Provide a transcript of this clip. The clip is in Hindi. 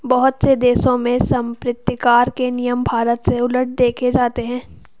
बहुत से देशों में सम्पत्तिकर के नियम भारत से उलट देखे जाते हैं